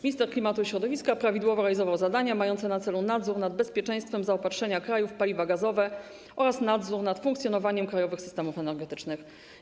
Minister klimatu i środowiska prawidłowo realizował zadania mające na celu nadzór nad bezpieczeństwem zaopatrzenia kraju w paliwa gazowe oraz nadzór nad funkcjonowaniem krajowych systemów energetycznych.